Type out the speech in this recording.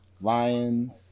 lions